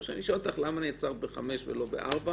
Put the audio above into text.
זה כמו שאני אשאל אותך למה נעצרת ב-5 ולא ב-4.